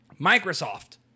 Microsoft